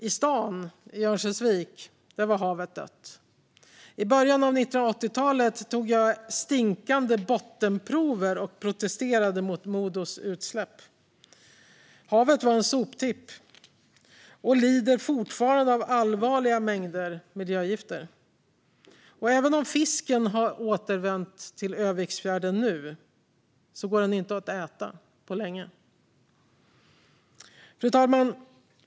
I staden, i Örnsköldsvik, var havet dött. I början av 1980-talet tog jag stinkande bottenprover och protesterade mot Modos utsläpp. Havet var en soptipp och lider fortfarande av allvarliga mängder miljögifter. Även om fisken nu har återvänt till Öviksfjärden går den inte att äta på länge. Fru talman!